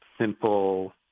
simple